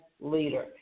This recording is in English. leader